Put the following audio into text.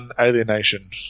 Alienation